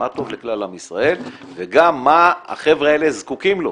מה טוב לכלל עם ישראל וגם מה החבר'ה האלה זקוקים לו,